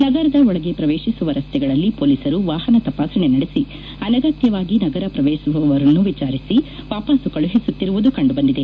ನಗರದ ಒಳಗೆ ಪ್ರವೇತಿಸುವ ರಸ್ತೆಗಳಲ್ಲಿ ಪೊಲೀಸರು ವಾಹನ ತಪಾಸಣೆ ನಡೆಸಿ ಅನಗತ್ತವಾಗಿ ನಗರ ಶ್ರವೇಶಿಸುವವರನ್ನು ವಿಚಾರಿಸಿ ವಾಪಾಸು ಕಳುಹಿಸುತ್ತಿರುವುದು ಕಂಡು ಬಂದಿದೆ